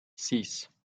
six